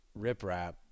riprap